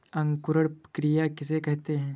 अंकुरण क्रिया किसे कहते हैं?